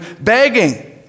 begging